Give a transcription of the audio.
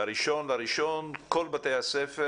ב-1 בינואר כל בתי הספר